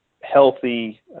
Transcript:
healthy